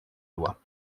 loi